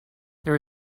there